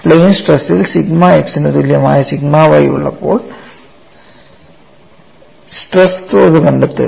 plain stress ഇൽ sigma x ന് തുല്യമായ സിഗ്മ y ഉള്ളപ്പോൾ സ്ട്രെസ് തോത് കണ്ടെത്തുക